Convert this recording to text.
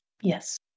Yes